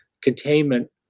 containment